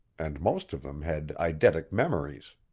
and most of them had eidetic memories.